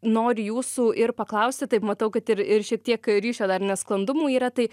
noriu jūsų ir paklausti taip matau kad ir ir šiek tiek ryšio dar nesklandumų yra tai